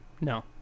No